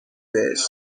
بهش